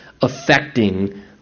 affecting